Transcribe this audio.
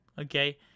okay